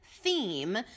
theme